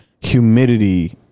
humidity